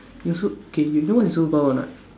you so K you know what's a superpower not